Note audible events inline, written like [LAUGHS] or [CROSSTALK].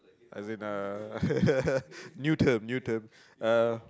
as in uh [LAUGHS] new term new term uh